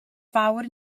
fawr